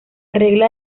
regla